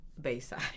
Bayside